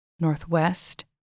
Northwest